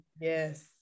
Yes